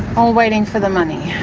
all waiting for the money.